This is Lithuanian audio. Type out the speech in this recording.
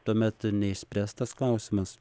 tuomet neišspręstas klausimas